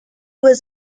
was